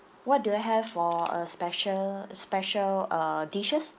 what do you all have for uh special special uh dishes